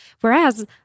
Whereas